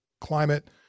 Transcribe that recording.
climate